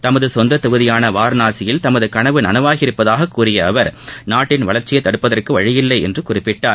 தமது சொந்த தொகுதியான வாரணாசியில் தமது கனவு நனவாகி உள்ளதாகக் கூறிய அவர் நாட்டின் வளர்ச்சியை தடுப்பதற்கு வழியில்லை என்று குறிப்பிட்டார்